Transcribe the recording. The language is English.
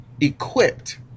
equipped